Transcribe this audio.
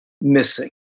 missing